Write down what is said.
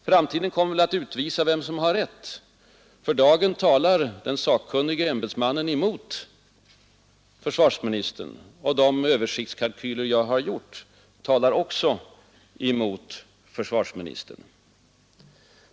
Framtiden kommer väl att utvisa vem som har rätt; för dagen talar den sakkunnige ämbetsmannen emot försvarsministern, och de översiktskalkyler jag har gjort talar också emot försvarsministern.